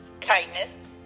kindness